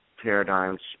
paradigms